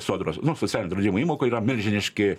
sodros nu socialinio draudimo įmokų yra milžiniški